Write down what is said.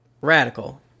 Radical